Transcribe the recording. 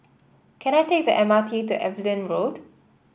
can I take the M R T to Evelyn Road